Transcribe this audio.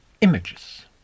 images